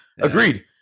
Agreed